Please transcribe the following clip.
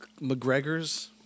McGregor's